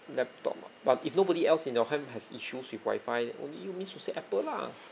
laptop ah but if nobody else in your home has issues with wifi only you means to say apple lah